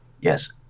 Yes